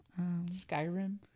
Skyrim